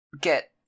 get